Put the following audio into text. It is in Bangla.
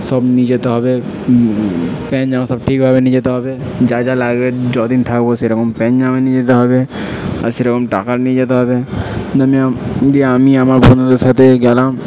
সব নিয়ে যেতে হবে প্যান্ট জামা সব ঠিকভাবে নিয়ে যেতে হবে যা যা লাগবে যদিন থাকব সেরকম প্যান্ট জামা নিয়ে যেতে হবে আর সেরকম টাকা নিয়ে যেতে হবে নিয়ে ও তো দিয়ে আমি আমার বন্ধুদের সাথে গেলাম